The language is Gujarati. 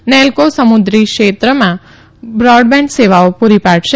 નેલ્કો સમુદ્રી ક્ષેત્રમાં બ્રોડબેન્ડ સેવાઓ પુરી પાડશે